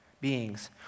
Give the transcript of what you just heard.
beings